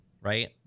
right